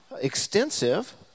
extensive